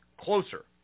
closer